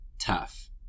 tough